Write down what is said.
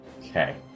Okay